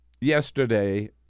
yesterday